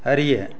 அறிய